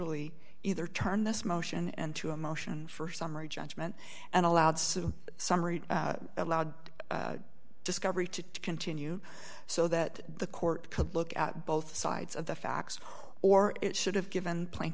only either turn this motion and to a motion for summary judgment and allowed sue summary allowed discovery to continue so that the court could look at both sides of the facts or it should have given plain